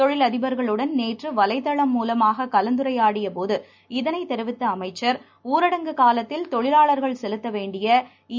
தொழிலதிபர்களுடன் நேற்று வலைதளம் மூலமாக கலந்துரையாடிய போது இதனை தெரிவித்த அமைச்சர் ஊரடங்கு காலத்தில் தொழிலாளர்கள் செலுத்த வேண்டிய ஈ